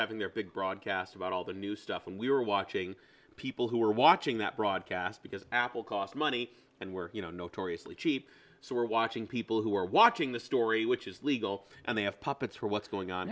having their big broadcast about all the new stuff and we were watching people who were watching that broadcast because apple cost money and were notoriously cheap so we're watching people who are watching the story which is legal and they have puppets for what's going on